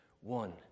one